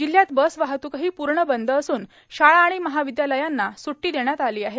जिल्ह्यात बस वाहतूकही पूर्ण बंद असून शाळा आणि महाविद्यालयांना सुटी देण्यात आली आहे